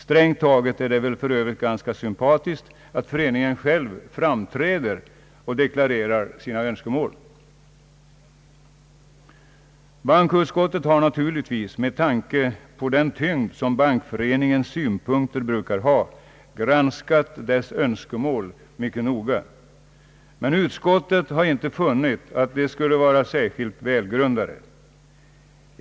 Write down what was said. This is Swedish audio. Strängt taget är det för övrigt ganska sympatiskt att föreningen själv framträder och deklarerar sina önskemål. Bankoutskottet har naturligtvis, med tanke på den tyngd som Bankföreningens synpunkter brukar ha, granskat dess önskemål mycket noga. Men utskottet har inte funnit att de skulle vara särskilt välgrundade.